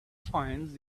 finds